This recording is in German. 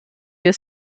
wir